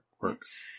works